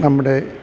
നമ്മുടെ